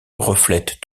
reflètent